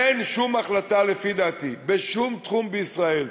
אין שום החלטה, לפי דעתי, בשום תחום בישראל,